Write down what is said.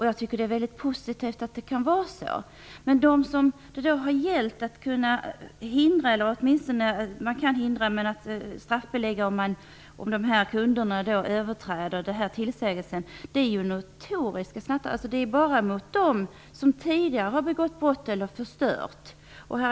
Jag tycker att det är mycket positivt att det kan vara så. Men där det har gällt att kunna straffbelägga om kunderna överträder en tillsägelse handlar det om notoriska snattare. Det är alltså bara mot dem som tidigare har begått brott eller förstört som detta kan ske.